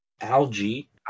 algae